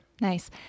Nice